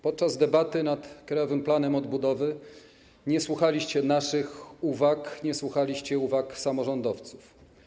Podczas debaty nad Krajowym Planem Odbudowy nie słuchaliście naszych uwag, nie słuchaliście uwag samorządowców.